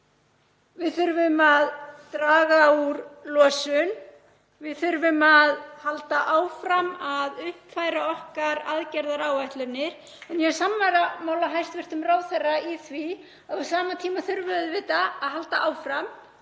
Við þurfum að draga úr losun og við þurfum að halda áfram að uppfæra okkar aðgerðaáætlanir. Ég er sannarlega sammála hæstv. ráðherra í því að á sama tíma þurfum við auðvitað að halda áfram